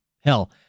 Hell